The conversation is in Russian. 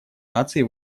наций